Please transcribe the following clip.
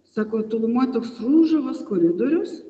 sako tolumoj toks rūžavas koridorius